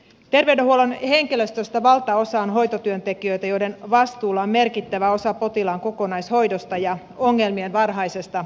terveydenhuollon henkilöstöstä valtaosa on hoitotyöntekijöitä joiden vastuulla on merkittävä osa potilaan kokonaishoidosta ja ongelmien varhaisesta tunnistamisesta